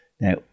Now